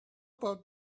about